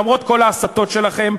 למרות כל ההסתות שלכם,